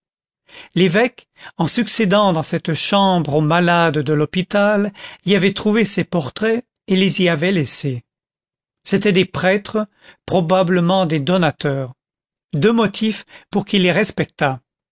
l'évêque en succédant dans cette chambre aux malades de l'hôpital y avait trouvé ces portraits et les y avait laissés c'étaient des prêtres probablement des donateurs deux motifs pour qu'il